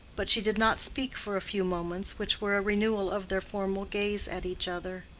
but she did not speak for a few moments which were a renewal of their former gaze at each other.